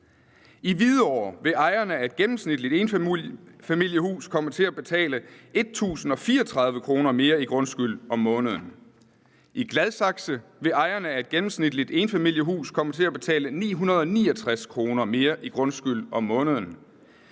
i Hvidovre vil ejerne af et gennemsnitligt enfamiliehus komme til at betale 1.034 kr. mere i grundskyld om måneden; i Gladsaxe vil ejerne af et gennemsnitligt enfamiliehus komme til at betale 969 kr. mere i grundskyld om måneden;